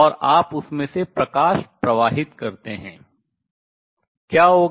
और आप उसमें से प्रकाश प्रवाहित करते हैं क्या होगा